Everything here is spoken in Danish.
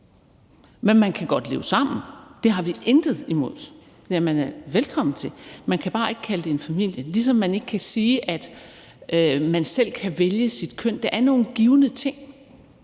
Men man kan godt leve sammen, og det har vi intet imod, og det er man velkommen til. Man kan bare ikke kalde det en familie. Det er ligesom, at man ikke kan sige, at man selv kan vælge sit køn, for der er nogle givne ting.